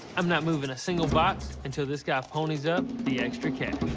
i'm not moving a single box until this guy ponies up the extra cash.